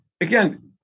again